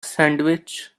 sandwich